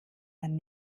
man